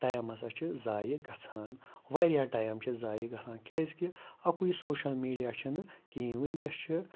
time ہسا چھُ ضایع گژھان واریاہ ٹایم چھِ ضایع گژھان کیٛازِکہِ اَکُے سوشَل میٖڈیا چھِنہٕ کِہیٖنۍ وٕنۍکٮ۪س چھِ